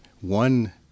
one